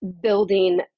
building